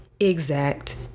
Exact